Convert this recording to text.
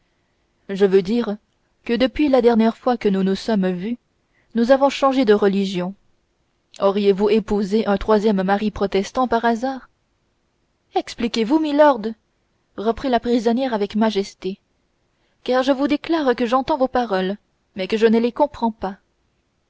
je veux dire que depuis la dernière fois que nous nous sommes vus nous avons changé de religion auriez-vous épousé un troisième mari protestant par hasard expliquez-vous milord reprit la prisonnière avec majesté car je vous déclare que j'entends vos paroles mais que je ne les comprends pas